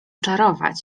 czarować